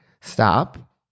stop